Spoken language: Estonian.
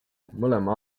mõlema